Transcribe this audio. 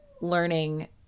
learning